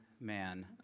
man